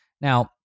Now